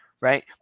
right